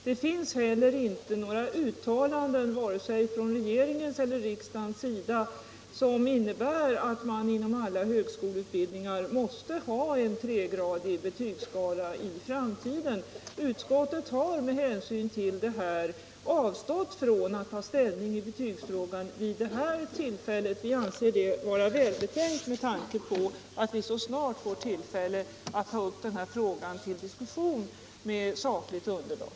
Det finns heller inte några uttalanden, vare sig från regeringens eller riksdagens sida, som innebär att man inom alla högskoleutbildningar måste ha en tregradig betygsskala i framtiden. Utskottet har med hänsyn till detta avstått från att ta ställning till betygsfrågan vid det här tillfället. Vi anser det vara välbetänkt med tanke på att vi så snart får tillfälle att ta upp frågan till diskussion med ett sakligt underlag.